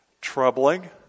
troubling